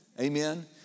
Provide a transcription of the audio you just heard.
Amen